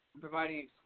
providing